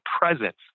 presence